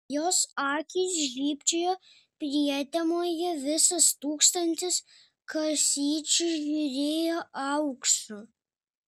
jos akys žybčiojo prietemoje visas tūkstantis kasyčių žėrėjo auksu